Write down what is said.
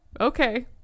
Okay